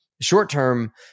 Short-term